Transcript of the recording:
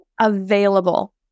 available